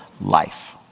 life